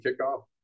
kickoff